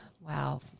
Wow